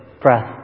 breath